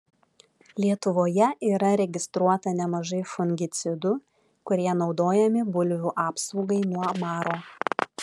lietuvoje yra registruota nemažai fungicidų kurie naudojami bulvių apsaugai nuo maro